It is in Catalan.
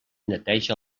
neteja